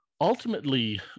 ultimately